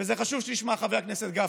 וחשוב שתשמע, חבר הכנסת גפני.